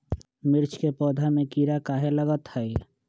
मिर्च के पौधा में किरा कहे लगतहै?